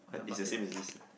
like it's the same as this